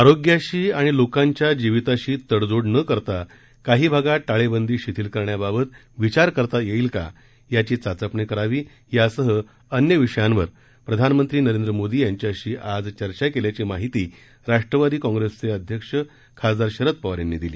आरोग्याशी आणि लोकांच्या जीविताशी तडजोड न करता काही भागात टाळेबंदी शिथिल करण्याबाबत विचार करता येईल का याची चाचपणी करावी यासह अन्य विषयावर प्रधानमंत्री नरेंद्र मोदी यांच्याशी आज चर्चा केल्याची माहिती राष्ट्रवादी काँग्रेसचे राष्ट्रीय अध्यक्ष खासदार शरद पवार यांनी दिली